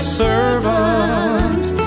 servant